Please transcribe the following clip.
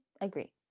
agree